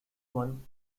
one